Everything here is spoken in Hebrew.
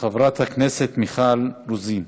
חברת הכנסת מיכל רוזין.